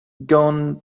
gone